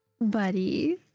buddy